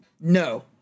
No